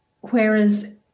Whereas